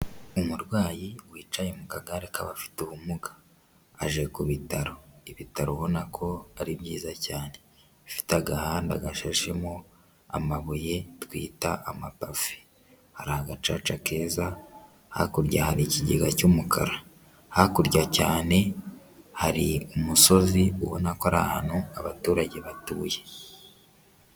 Umurwayi wicaye mu kagare k'abafite ubumuga aje ku bitaro, ibitaro ubona ko ari byiza cyane bifite agahanda gashashemo amabuye twita amapave, hari agacaca keza, hakurya hari ikigega cy'umukara, hakurya cyane hari umusozi ubona ko ari ahantu abaturage batuye.